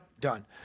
done